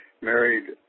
married